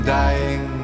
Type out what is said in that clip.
dying